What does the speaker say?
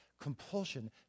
compulsion